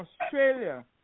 Australia